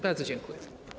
Bardzo dziękuję.